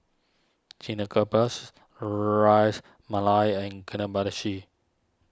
Ras Malai and